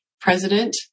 president